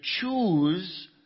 choose